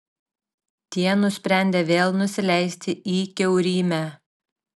tie nusprendė vėl nusileisti į kiaurymę